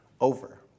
over